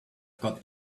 got